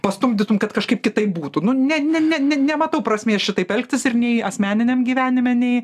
pastumdytum kad kažkaip kitaip būtų nu ne ne ne nematau prasmės šitaip elgtis ir nei asmeniniam gyvenime nei